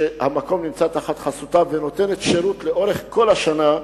שהמקום נמצא תחת חסותה והיא נותנת שירות לאורך כל השנה,